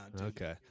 Okay